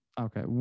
okay